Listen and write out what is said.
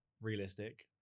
realistic